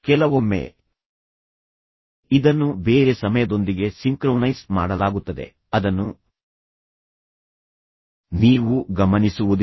ಕೆಲವೊಮ್ಮೆ ಇದನ್ನು ಬೇರೆ ಸಮಯದೊಂದಿಗೆ ಸಿಂಕ್ರೊನೈಸ್ ಮಾಡಲಾಗುತ್ತದೆ ಅದನ್ನು ನೀವು ಗಮನಿಸುವುದಿಲ್ಲ